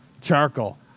Charcoal